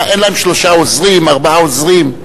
מה, אין להם שלושה עוזרים, ארבעה עוזרים?